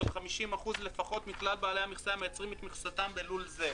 על 50% לפחות מכלל בעלי המכסה המייצרים את מכסתם בלול זה,